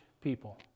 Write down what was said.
people